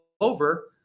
over